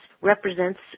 represents